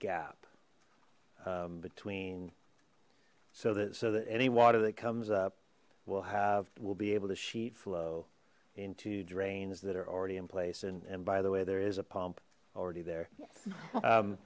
gap between so that so that any water that comes up will have will be able to sheet flow into drains that are already in place and by the way there is a pump already there